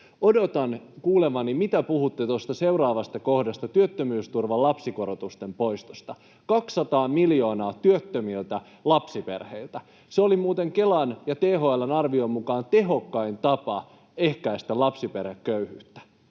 Odotan kuulevani, mitä puhutte tuosta seuraavasta kohdasta, työttömyysturvan lapsikorotusten poistosta, 200 miljoonaa työttömiltä lapsiperheiltä. Se oli muuten Kelan ja THL:n arvion mukaan tehokkain tapa ehkäistä lapsiperheköyhyyttä,